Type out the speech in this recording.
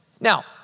Now